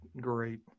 great